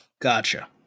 Gotcha